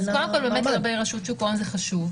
קודם כול, לגבי רשות שוק ההון זה חשוב.